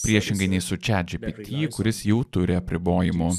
priešingai nei su čiat džypyty kuris jau turi apribojimų